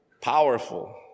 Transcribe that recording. powerful